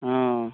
অঁ